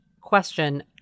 question